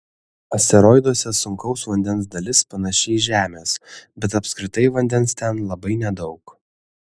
asteroiduose sunkaus vandens dalis panaši į žemės bet apskritai vandens ten labai nedaug